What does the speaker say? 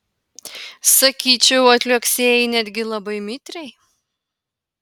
sakyčiau atliuoksėjai netgi labai mitriai